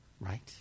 right